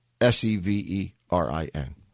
S-E-V-E-R-I-N